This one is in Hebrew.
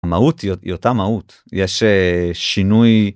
המהות היא אותה מהות יש שינוי.